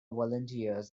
volunteers